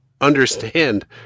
understand